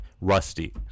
Rusty